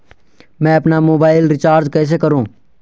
मैं अपना mobile recharge कैसे करूँ?